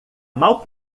mal